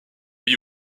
lui